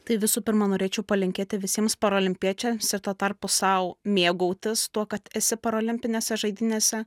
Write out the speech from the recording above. tai visų pirma norėčiau palinkėti visiems paralimpiečiams ir tuo tarpu sau mėgautis tuo kad esi parolimpinėse žaidynėse